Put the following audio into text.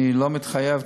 אני לא מתחייב,